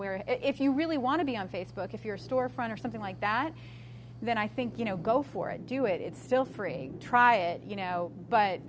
where if you really want to be on facebook if you're storefront or something like that then i think you know go for it do it it's still free try it you know but